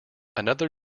another